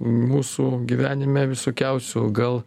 mūsų gyvenime visokiausių gal